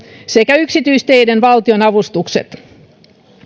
sekä yksityisteiden valtionavustukset